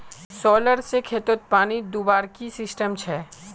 Solar से खेतोत पानी दुबार की सिस्टम छे?